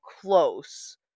close